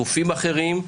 גופים אחרים,